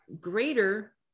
greater